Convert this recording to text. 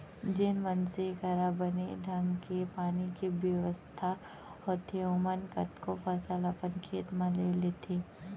जेन मनसे करा बने ढंग के पानी के बेवस्था होथे ओमन कतको फसल अपन खेत म ले लेथें